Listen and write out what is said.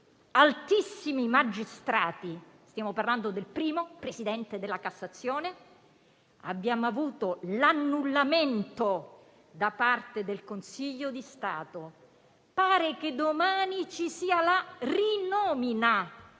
altissimi magistrati da parte del CSM (stiamo parlando del primo presidente della Cassazione) e abbiamo avuto l'annullamento da parte del Consiglio di Stato. Pare che domani ci sia la rinomina